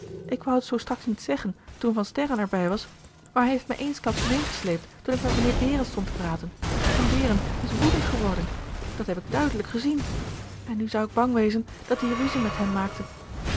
ik wou het zoo straks niet zeggen toen van sterren er bij was maar hij heeft me eensklaps meegesleept toen ik met mijnheer behren stond te praten en behren is woedend geworden dat heb ik duidelijk gezien en nu zou ik bang wezen dat die ruzie met hem maakte